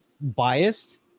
biased